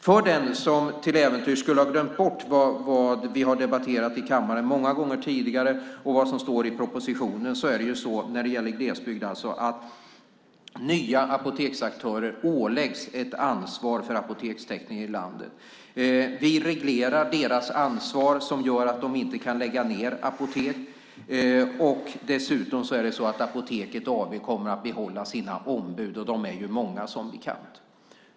För den som till äventyrs skulle ha glömt bort vad vi har debatterat i kammaren många gånger tidigare och vad som har stått i propositionen när det gäller glesbygd kan jag berätta att nya apoteksaktörer åläggs ett ansvar för apotekstäckning i landet. Vi reglerar deras ansvar, vilket gör att de inte kan lägga ned apotek. Dessutom kommer Apoteket AB att behålla sina ombud, och de är ju många som bekant.